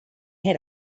had